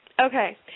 Okay